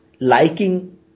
liking